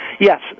Yes